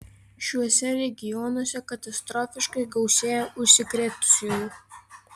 šiuose regionuose katastrofiškai gausėja užsikrėtusiųjų